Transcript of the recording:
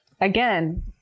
again